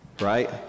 right